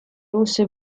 also